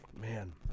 Man